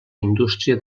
indústria